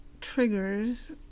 triggers